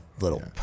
Little